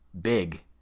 big